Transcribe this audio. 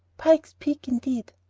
pike's peak indeed!